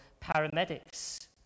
paramedics